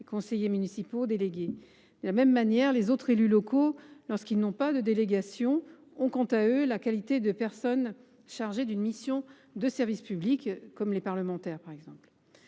les conseillers municipaux délégués. De la même manière, les autres élus locaux, lorsqu’ils n’ont pas de délégation, ont quant à eux la qualité de personnes chargées d’une mission de service public. Il en va ainsi des parlementaires, par exemple.